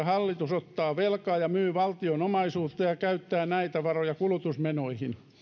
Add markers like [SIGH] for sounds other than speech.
[UNINTELLIGIBLE] hallitus ottaa velkaa ja myy valtion omaisuutta ja käyttää näitä varoja kulutusmenoihin